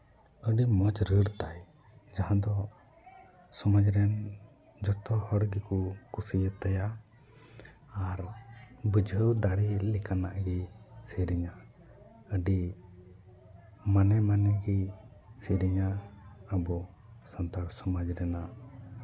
ᱟᱹᱰᱤ ᱢᱚᱡᱽ ᱨᱟᱹᱲ ᱛᱟᱭ ᱡᱟᱦᱟᱸ ᱫᱚ ᱥᱚᱢᱟᱡᱽ ᱨᱮᱱ ᱡᱷᱚᱛᱚ ᱦᱚᱲ ᱜᱮᱠᱚ ᱠᱩᱥᱤᱭᱟᱛᱟᱭᱟ ᱟᱨ ᱵᱩᱡᱷᱟᱹᱣ ᱫᱟᱲᱮ ᱞᱮᱠᱟᱱᱟᱜ ᱜᱮ ᱥᱮᱹᱨᱮᱹᱧᱟ ᱟᱹᱰᱤ ᱢᱟᱱᱮ ᱢᱟᱱᱮ ᱜᱮ ᱥᱮᱹᱨᱮᱹᱧᱟ ᱟᱵᱚ ᱥᱟᱱᱛᱟᱲ ᱥᱚᱢᱟᱡᱽ ᱨᱮᱱᱟᱜ